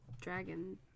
dragon